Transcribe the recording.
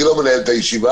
אני לא מנהל את הישיבה,